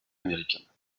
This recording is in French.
américaines